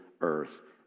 earth